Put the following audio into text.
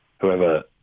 whoever